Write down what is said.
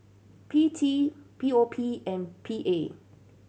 P T P O P and P A